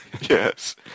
Yes